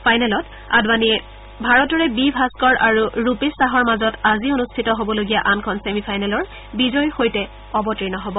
ফাইনেলত আদৱানিয়ে ভাৰতৰে বি ভাস্থৰ আৰু ৰূপেশ খাহৰ মাজত আজি অনুষ্ঠিত হবলগীয়া আনখন চেমিফাইনেলৰ বিজয়ীৰ সৈতে অৱতীৰ্ণ হব